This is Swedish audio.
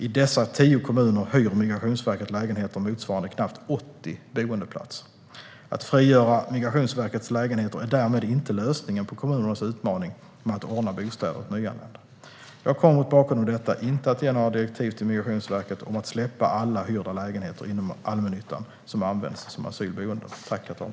I dessa tio kommuner hyr Migrationsverket lägenheter motsvarande knappt 80 boendeplatser. Att frigöra Migrationsverkets lägenheter är därmed inte lösningen på kommunernas utmaning med att ordna bostäder åt nyanlända. Jag kommer mot bakgrund av detta inte att ge några direktiv till Migrationsverket om att släppa alla hyrda lägenheter inom allmännyttan som används som asylboenden.